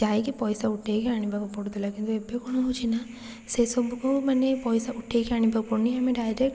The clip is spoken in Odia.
ଯାଇକି ପାଇସା ଉଠେଇକି ଆଣିବାକୁ ପଡ଼ୁଥିଲା କିନ୍ତୁ ଏବେ କ'ଣ ହେଉଛି ନା ସେସବୁକୁ ମାନେ ପାଇସା ଉଠେଇବାକୁ ଆଣିବାକୁ ପଡ଼ୁନି ଆମେ ଡାଇରେକ୍ଟ